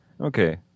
okay